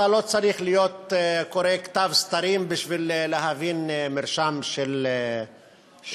אתה לא צריך להיות קורא כתב סתרים כדי להבין מרשם של רוקחות.